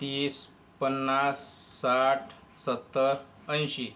तीस पन्नास साठ सत्तर ऐंशी